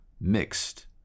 mixed